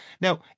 Now